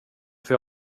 för